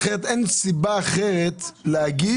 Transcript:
טרגוט הוא פר מגזרים.